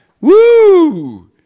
Woo